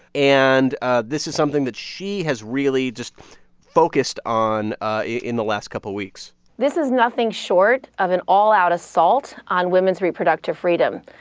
and ah this is something that she has really just focused on ah in the last couple weeks this is nothing short of an all-out assault on women's reproductive freedom,